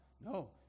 no